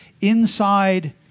inside